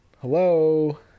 hello